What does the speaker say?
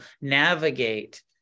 navigate